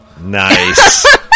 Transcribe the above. Nice